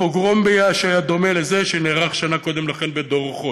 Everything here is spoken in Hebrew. הפוגרום ביאש היה דומה לזה שנערך שנה קודם בדורוחוי.